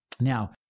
Now